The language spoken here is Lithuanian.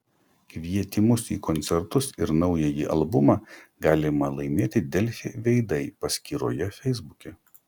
kvietimus į koncertus ir naująjį albumą galima laimėti delfi veidai paskyroje feisbuke